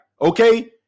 okay